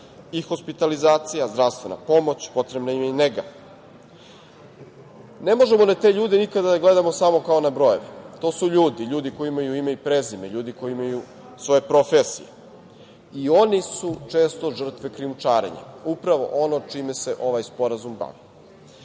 hospitalizacija, zdravstvena pomoć, nega. Ne možemo na te ljude nikada da gledamo samo kao na brojeve. To su ljudi koji imaju ime i prezime, ljudi koji imaju svoje profesije. Oni su često žrtve krijumčarenja. Upravo ono čime se ovaj sporazum bavi.